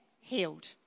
healed